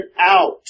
out